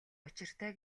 учиртай